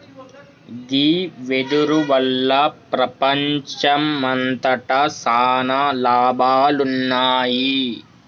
గీ వెదురు వల్ల ప్రపంచంమంతట సాన లాభాలున్నాయి